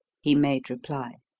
he made reply.